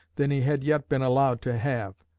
than he had yet been allowed to have.